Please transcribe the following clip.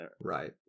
Right